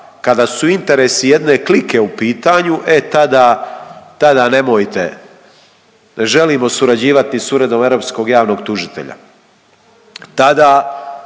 kada su interesi jedne klike u pitanju, e tada, tada nemojte. Ne želimo surađivati s Uredom europskog javnog tužitelja.